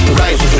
right